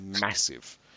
massive